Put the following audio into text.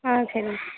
ஆ சரிங்க